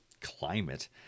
climate